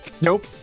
nope